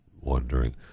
wondering